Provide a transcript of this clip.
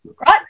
right